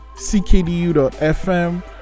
ckdu.fm